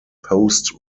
post